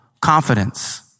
confidence